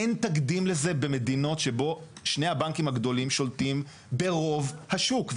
אין תקדים לזה למדינות שבו שני הבנקים הגדולים שולטים ברוב השוק.